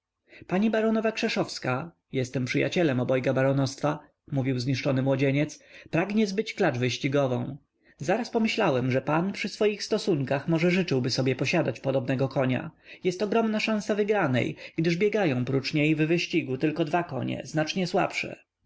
oryginalną propozycyą słucham najoryginalniejszej pani baronowa krzeszowska jestem przyjacielem obojga baronowstwa mówił zniszczony młodzieniec pragnie zbyć klacz wyścigową zaraz pomyślałem że pan przy swoich stosunkach może życzyłby sobie posiadać podobnego konia jest ogromna szansa wygranej gdyż biegają prócz niej w wyścigu tylko dwa konie znacznie słabsze